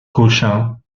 cochin